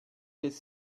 his